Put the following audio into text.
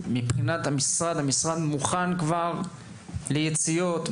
מבחינת המשרד הוא מוכן כבר ליציאות,